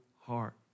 heart